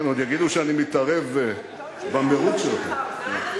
עוד יגידו שאני מתערב במירוץ שלכם.